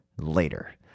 later